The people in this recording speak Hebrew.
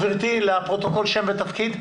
גברתי, לפרוטוקול שם ותפקיד.